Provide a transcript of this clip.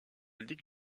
ligue